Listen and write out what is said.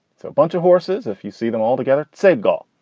so a bunch of horses, if you see them all together, say golf.